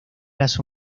las